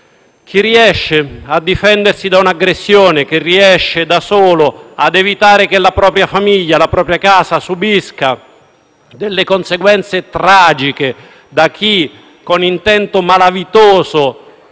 Chi riesce a difendersi da un'aggressione, chi riesce da solo ad evitare che la propria famiglia, la propria casa, subiscano conseguenze tragiche da chi, con intento malavitoso,